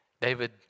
David